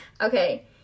Okay